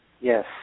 Yes